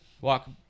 Walk